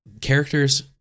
characters